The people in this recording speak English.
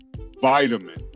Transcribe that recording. vitamin